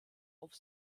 auf